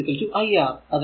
അപ്പോൾ v iR